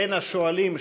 בין השואלים,